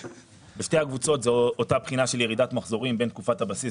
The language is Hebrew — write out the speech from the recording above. בשתי הקבוצות זאת אותה בחינה של ירידת מחזורים בין תקופת הבסיס